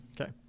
Okay